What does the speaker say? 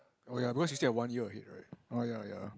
oh ya because you still have one year ahead right uh ya ya